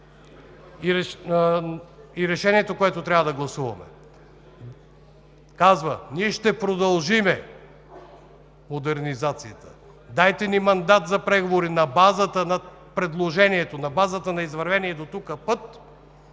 и решението, което трябва да гласуваме, казва: „Ние ще продължим модернизациите. Дайте ни мандат за преговори на базата на предложението, на базата на извървения дотук път,